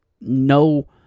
no